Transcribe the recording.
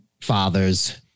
fathers